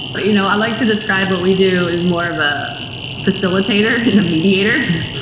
but you know i like to describe what we do is more of a facilitator, the mediator.